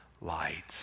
light